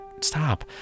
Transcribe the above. stop